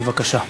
בבקשה.